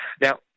now